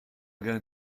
going